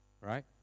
right